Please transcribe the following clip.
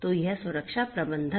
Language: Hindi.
तो यह सुरक्षा प्रबंधन है